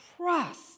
trust